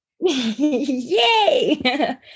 Yay